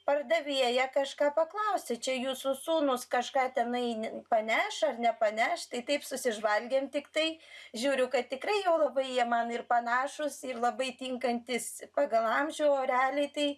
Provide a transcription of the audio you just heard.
pardavėja kažką paklausė čia jūsų sūnus kažką tenai paneš ar nepaneš tai taip susižvalgėm tiktai žiūriu kad tikrai jau labai jie man ir panašūs ir labai tinkantys pagal amžių o realiai tai